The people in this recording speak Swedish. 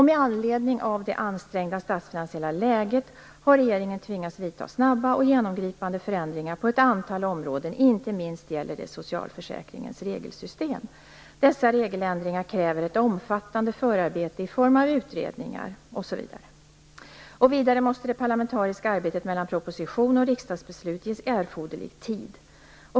Med anledning av det ansträngda statsfinansiella läget har regeringen tvingats vidta snabba och genomgripande förändringar på ett antal områden, inte minst i socialförsäkringens regelsystem. Dessa regeländringar kräver ett omfattande förarbete i form av utredningar osv. Vidare måste det parlamentariska arbetet mellan proposition och riksdagsbeslut ges erforderlig tid.